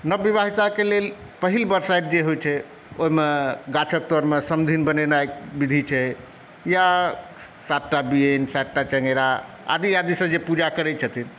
नवविवाहिताके लेल पहिल बरसाइत जे होइ छै ओहिमे गाछक तरमे समधिन बनेनाइ विधि छै या सातटा बियनि सात टा चङ्गेरा आदि आदि सँ जे पूजा करै छथिन